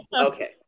Okay